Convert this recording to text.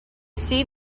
see